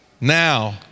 Now